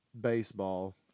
baseball